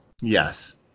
Yes